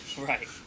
Right